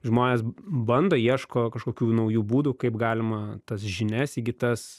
žmonės bando ieško kažkokių naujų būdų kaip galima tas žinias įgytas